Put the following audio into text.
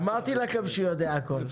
צביקה האוזר יודע הכול.